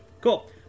Cool